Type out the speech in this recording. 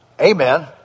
Amen